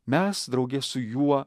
mes drauge su juo